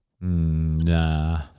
Nah